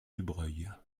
dubreuil